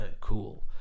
Cool